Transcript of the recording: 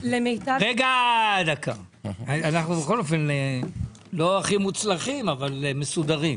רגע, אנחנו לא הכי מוצלחים אבל מסודרים.